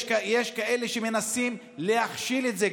יש כאלה שמנסים להכשיל את זה,